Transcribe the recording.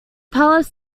palace